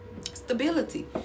Stability